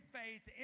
faith